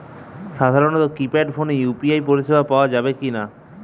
সাধারণ কিপেড ফোনে ইউ.পি.আই পরিসেবা পাওয়া যাবে কিনা?